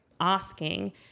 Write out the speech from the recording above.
asking